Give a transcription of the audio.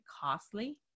costly